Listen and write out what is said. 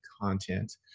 content